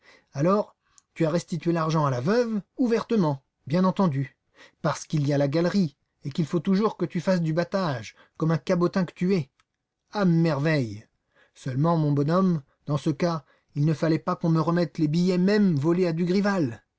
alors tu as restitué l'argent à la veuve ouvertement bien entendu parce qu'il y a la galerie et qu'il faut toujours que tu fasses du battage comme un cabotin que tu es à merveille seulement mon bonhomme dans ce cas il ne fallait pas qu'on me remette les billets mêmes volés à dugrival